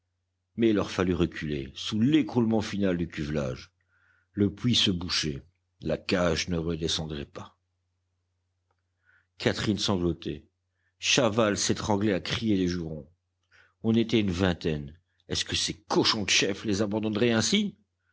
mais il leur fallut reculer sous l'écroulement final du cuvelage le puits se bouchait la cage ne redescendrait pas catherine sanglotait chaval s'étranglait à crier des jurons on était une vingtaine est-ce que ces cochons de chefs les abandonneraient ainsi